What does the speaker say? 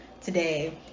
today